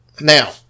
Now